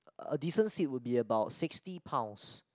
a decent seat would be about sixty pounds